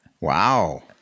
Wow